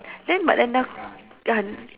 then but then now uh